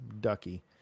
ducky